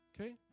okay